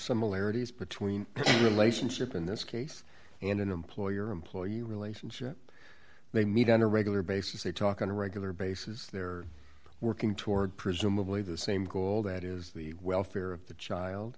similarities between relationship in this case and an employer employee relationship they meet on a regular basis they talk on a regular basis they're working toward presumably the same goal that is the welfare of the child